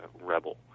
rebel